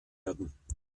werden